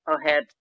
ahead